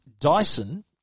Dyson